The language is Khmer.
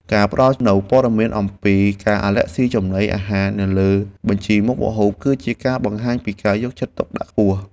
ការផ្តល់នូវព័ត៌មានអំពីការអាឡែស៊ីចំណីអាហារនៅលើបញ្ជីមុខម្ហូប គឺជាការបង្ហាញពីការយកចិត្តទុកដាក់ខ្ពស់។